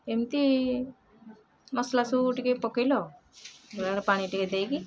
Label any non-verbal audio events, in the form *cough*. ଏମିତି ମସଲା ସବୁ ଟିକେ ପକାଇଲ *unintelligible* ପାଣି ଟିକେ ଦେଇକି